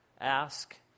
ask